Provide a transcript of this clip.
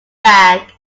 bag